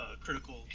critical